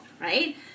right